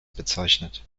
bezeichnet